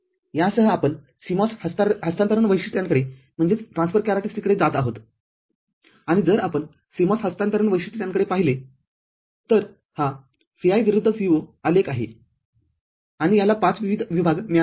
यासह आपण CMOS हस्तांतरण वैशिष्ट्यांकडे जात आहोत आणि जर आपण CMOS हस्तांतरण वैशिष्ट्यांकडे पाहिले तरहा Vi विरुद्ध Vo आलेख आहे आणि याला ५ विविध विभाग मिळाले आहेत